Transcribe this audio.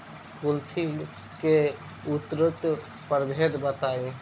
कुलथी के उन्नत प्रभेद बताई?